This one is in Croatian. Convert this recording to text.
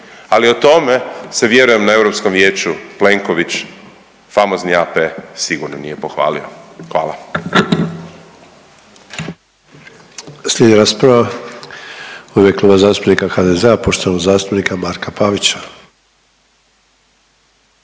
Ali o tome se vjerujem na Europskom vijeću Plenković, famozni AP sigurno nije pohvalio. Hvala. **Sanader, Ante (HDZ)** Slijedi rasprava u ime Kluba zastupnika HDZ-a poštovanog zastupnika Marka Pavića.